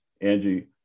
Angie